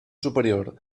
superior